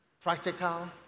practical